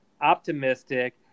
optimistic